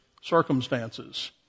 circumstances